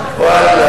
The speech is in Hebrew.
וחצי,